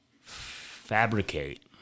fabricate